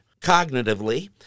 cognitively